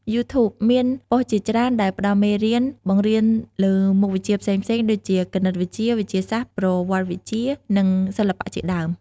យូធូប (YouTube) មានប៉ុស្តិ៍ជាច្រើនដែលផ្តល់មេរៀនបង្រៀនលើមុខវិជ្ជាផ្សេងៗ ដូចជាគណិតវិទ្យា វិទ្យាសាស្ត្រ ប្រវត្តិសាស្ត្រ និងសិល្បៈជាដើម។